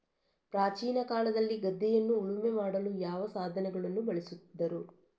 ಪ್ರಾಚೀನ ಕಾಲದಲ್ಲಿ ಗದ್ದೆಯನ್ನು ಉಳುಮೆ ಮಾಡಲು ಯಾವ ಸಾಧನಗಳನ್ನು ಬಳಸುತ್ತಿದ್ದರು?